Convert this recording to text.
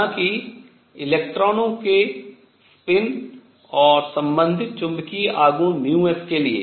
हालांकि इलेक्ट्रॉनों के चक्रण स्पिन और संबंधित चुंबकीय आघूर्ण s के लिए